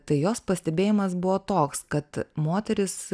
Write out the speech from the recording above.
tai jos pastebėjimas buvo toks kad moterys